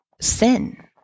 sin